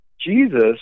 Jesus